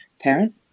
parent